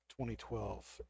2012